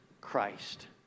Christ